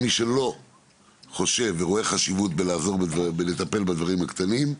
מי שלא חושב ורואה חשיבות בלעזור ולטפל בדברים הקטנים,